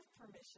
permission